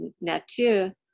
Nature